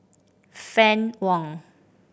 Fann Wong